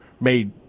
made